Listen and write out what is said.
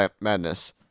Madness